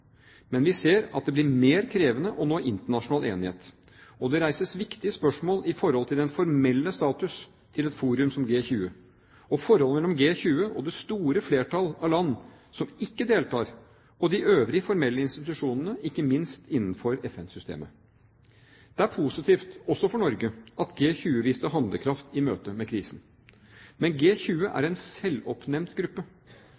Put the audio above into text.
Men vi ser at det blir mer krevende å nå internasjonal enighet. Og det reises viktige spørsmål om den formelle status til et forum som G20 – og om forholdet mellom G20 og det store flertall av land som ikke deltar, og de øvrige formelle institusjonene, ikke minst innenfor FN-systemet. Det er positivt, også for Norge, at G20 viste handlekraft i møte med krisen. Men